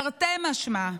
תרתי משמע.